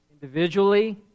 Individually